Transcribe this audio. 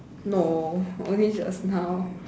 no only just now